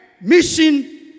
mission